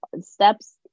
steps